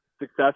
success